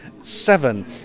seven